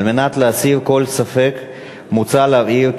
על מנת להסיר כל ספק מוצע להבהיר,